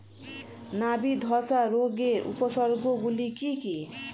নাবি ধসা রোগের উপসর্গগুলি কি কি?